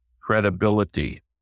credibility